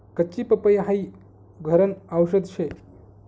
कच्ची पपई हाई घरन आवषद शे